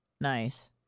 Nice